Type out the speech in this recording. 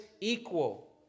equal